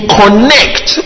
connect